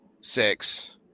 six